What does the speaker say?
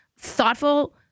thoughtful